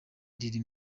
riri